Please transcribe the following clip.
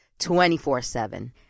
24-7